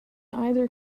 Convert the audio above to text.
either